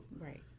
right